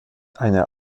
einer